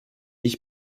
ich